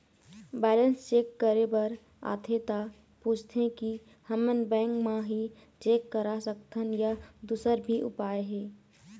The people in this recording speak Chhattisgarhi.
बैलेंस चेक करे बर आथे ता पूछथें की हमन बैंक मा ही चेक करा सकथन या दुसर भी उपाय हे?